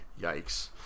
Yikes